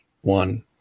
one